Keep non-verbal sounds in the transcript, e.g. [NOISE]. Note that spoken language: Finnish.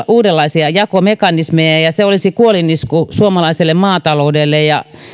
[UNINTELLIGIBLE] uudenlaisia jakomekanismeja ja ja se olisi kuolinisku suomalaiselle maataloudelle